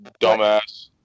Dumbass